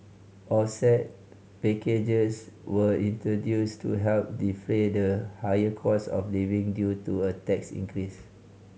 offset packages were introduced to help defray the higher cost of living due to a tax increase